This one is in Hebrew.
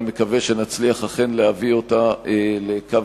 אני מקווה שאכן נצליח להביא אותה לקו